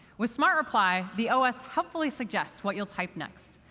with smart reply, the os helpfully suggests what you'll type next.